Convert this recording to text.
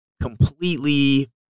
completely